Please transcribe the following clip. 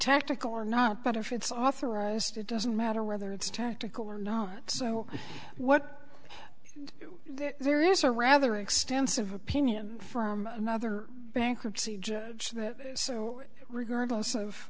tactical or not but if it's authorized it doesn't matter whether it's tactical or no so what there is a rather extensive opinion from another bankruptcy so regardless of